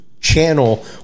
channel